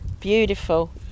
beautiful